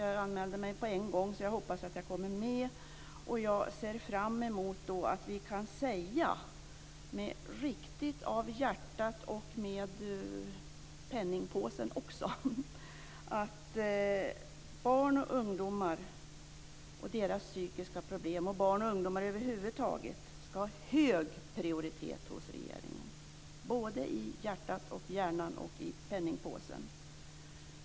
Jag anmälde mig på en gång, och jag hoppas att jag kommer med. Jag ser fram emot att vi då kan säga att barn och ungdomar över huvud taget liksom deras psykiska problem ska ha hög prioritet hos regeringen - i hjärtat, i hjärnan och i penningpåsen.